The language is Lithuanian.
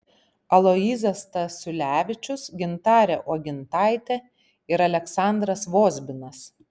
aloyzas stasiulevičius gintarė uogintaitė ir aleksandras vozbinas